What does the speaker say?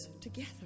together